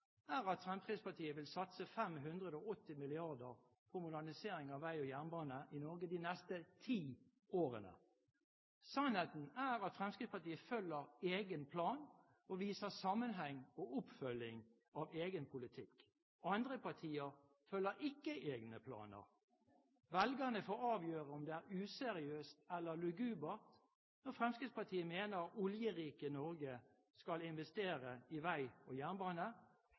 er at Fremskrittspartiet vil satse 580 mrd. kr på modernisering av vei og jernbane i Norge de neste ti årene. Sannheten er at Fremskrittspartiet følger egen plan og viser sammenheng og oppfølging av egen politikk. Andre partier følger ikke egne planer. Velgerne får avgjøre om det er useriøst eller lugubert når Fremskrittspartiet mener at oljerike Norge skal investere i vei og jernbane.